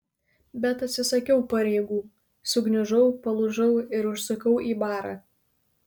bet atsisakiau pareigų sugniužau palūžau ir užsukau į barą